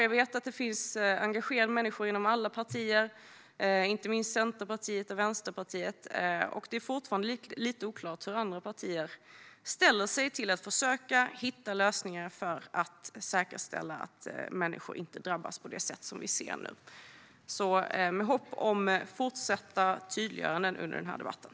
Jag vet att det finns engagerade människor inom alla partier, inte minst Centerpartiet och Vänsterpartiet. Det är dock fortfarande lite oklart hur andra partier ställer sig till att försöka hitta lösningar som säkerställer att människor inte drabbas på det sätt som vi nu ser. Jag hoppas få ytterligare tydliggöranden under debatten.